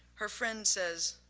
her friend says,